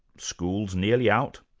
school's nearly out,